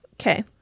Okay